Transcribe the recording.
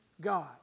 God